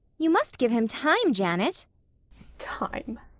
you must give him time, janet time!